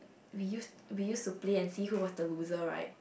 we use we use to play and see who was the loser right